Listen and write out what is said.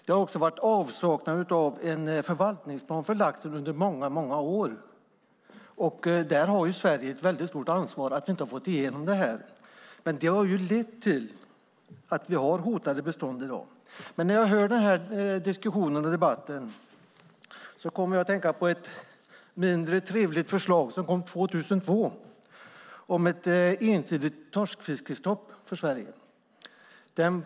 Det har också varit en avsaknad av en förvaltningsplan för laxen under många år, och Sverige har ett väldigt stort ansvar för att vi inte har fått igenom en sådan. Det har lett till att vi har hotade bestånd i dag. När jag hör den här diskussionen och debatten kommer jag att tänka på ett mindre trevligt förslag som kom 2002 om ett ensidigt torskfiskestopp för Sverige.